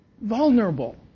vulnerable